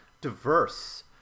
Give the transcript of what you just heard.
diverse